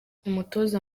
umutoza